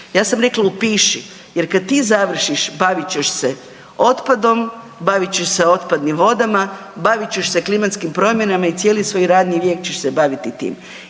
Ja sam rekla upiši jer kad ti završiš bavit ćeš se otpadom, bavit ćeš se otpadnim vodama, bavit ćeš se klimatskim promjenama i cijeli svoj radni vijek ćeš se baviti tim.